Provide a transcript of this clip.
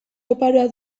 oparoa